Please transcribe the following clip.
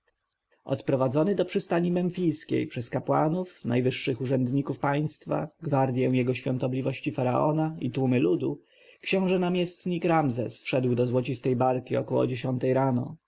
odprowadzony do przystani memfiskiej przez kapłanów najwyższych urzędników państwa gwardję jego świątobliwości faraona i tłumy ludu książę namiestnik ramzes wszedł do złocistej barki około dziesiątej rano